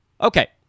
Okay